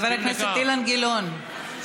חבר הכנסת אילן גילאון,